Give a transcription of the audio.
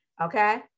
okay